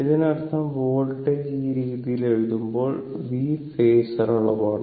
ഇതിനർത്ഥം വോൾട്ടേജ് ഈ രീതിയിൽ എഴുതുമ്പോൾ V ഫേസർ അളവാണ്